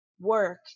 work